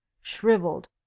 shriveled